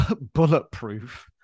bulletproof